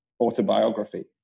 autobiography